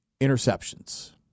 interceptions